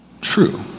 true